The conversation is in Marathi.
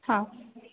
हां